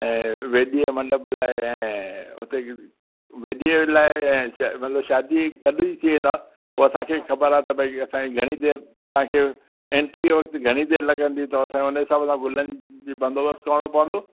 ऐं वेॾीअ मंडप लाइ ऐं उते वेॾीअ लाइ ऐं मतिलबु शादीअ गॾु ई थी वेंदा उहो असांखे ख़बर आहे त भाई असांखे घणी देरि तव्हांखे एंट्रीअ वक़्तु घणी देरि लॻंदी त असां उन हिसाब सां गुलनि जी बंदोबस्तु करणो पवंदो